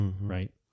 Right